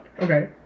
Okay